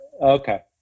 okay